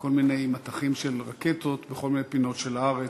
כל מיני מטחים של רקטות בכל מיני פינות של הארץ,